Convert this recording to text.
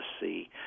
see